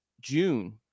June